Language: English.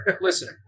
listen